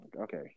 okay